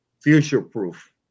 future-proof